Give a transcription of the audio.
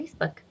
facebook